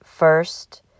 First